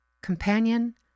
companion